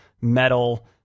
metal